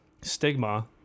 stigma